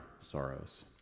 sorrows